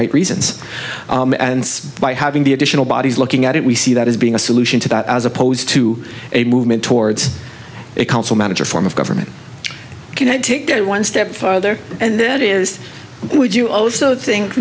right reasons and by having the additional bodies looking at it we see that as being a solution to that as opposed to a movement towards a council manager form of government can i take it one step farther and then it is would you also think